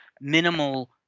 minimal